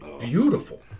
beautiful